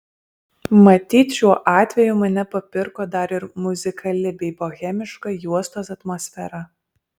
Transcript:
matyt šiuo atveju mane papirko dar ir muzikali bei bohemiška juostos atmosfera